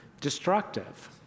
destructive